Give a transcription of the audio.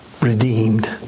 redeemed